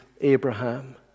Abraham